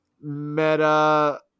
meta